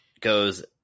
goes –